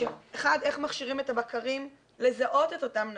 איך מכשירים את הבקרים לזהות את אותן נשים.